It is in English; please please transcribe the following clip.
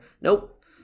Nope